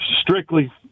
strictly